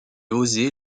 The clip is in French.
oser